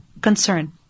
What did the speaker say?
concern